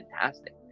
fantastic